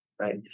Right